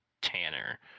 tanner